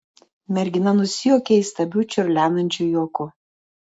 mergina nusijuokė įstabiu čiurlenančiu juoku